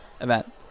event